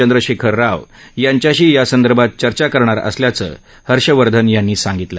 चंद्रशेखर राव यांच्याशी यासंदर्भात चर्चा करणार असल्याचं हर्षवर्धन यांनी सांगितलं